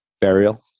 burial